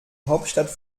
hauptstadt